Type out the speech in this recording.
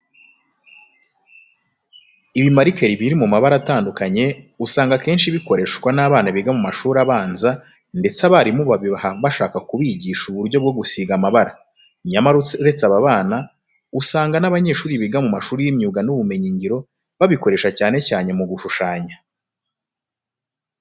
Ibimarikeri biri mu mabara atandukanye, usanga akenshi bikoreshwa n'abana biga mu mashuri abanza ndetse abarimu babibaha bashaka kubigisha uburyo bwo gusiga amabara. Nyamara uretse aba bana, usanga n'abanyeshuri biga mu mashuri y'imyuga n'ubumenyingiro babikoresha cyane cyane mu gushushanya.